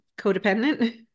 codependent